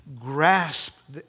grasp